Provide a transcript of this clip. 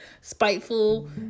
spiteful